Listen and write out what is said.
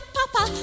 papa